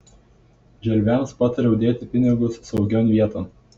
želviams patariau dėti pinigus saugion vieton